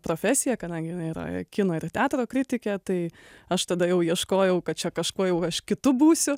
profesiją kadangi jinai yra kino ir teatro kritikė tai aš tada jau ieškojau kad čia kažkuo jau aš kitu būsiu